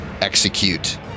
Execute